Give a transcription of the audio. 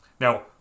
Now